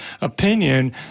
opinion